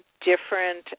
different